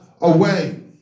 away